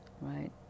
right